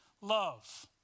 love